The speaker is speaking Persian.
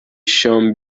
شام